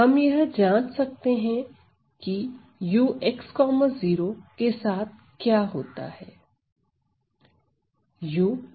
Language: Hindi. हम यह जांच सकते हैं की ux0 के साथ क्या होता है